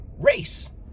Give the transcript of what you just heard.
race